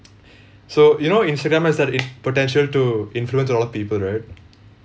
so you know Instagram has that in~ potential to influence a lot of people right